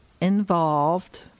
involved